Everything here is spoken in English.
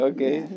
Okay